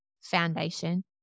Foundation